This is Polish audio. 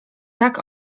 tak